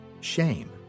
shame